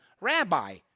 rabbi